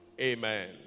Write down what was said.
Amen